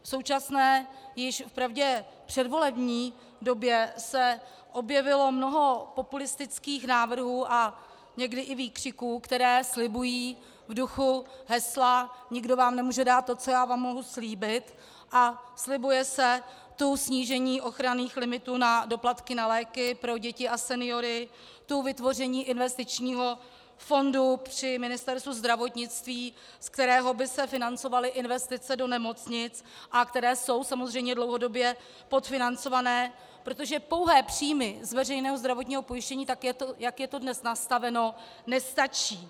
V současné, v pravdě již předvolební době se objevilo mnoho populistických návrhů a někdy i výkřiků, které slibují v duchu hesla Nikdo vám nemůže dát to, co já vám mohu slíbit, a slibuje se tu snížení ochranných limitů na doplatky na léky pro děti a seniory, tu vytvoření investičního fondu při Ministerstvu zdravotnictví, z kterého by se financovaly investice do nemocnic, které jsou samozřejmě dlouhodobě podfinancované, protože pouhé příjmy z veřejného zdravotního pojištění, tak jak je to dnes nastaveno, nestačí.